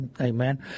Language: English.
Amen